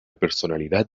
personalidad